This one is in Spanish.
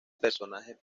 personaje